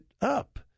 up